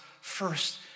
first